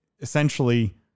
essentially